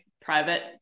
private